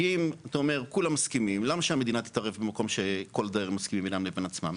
כי למה שהמדינה תתערב במקום שבו כל הדיירים מסכימים בינם לבין עצמם.